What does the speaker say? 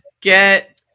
get